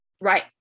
Right